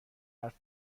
حرف